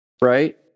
right